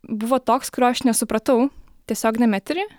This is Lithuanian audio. buvo toks kurio aš nesupratau tiesioginiam etery